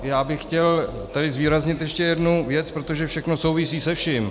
Já bych chtěl tady zvýraznit ještě jednu věc, protože všechno souvisí se vším.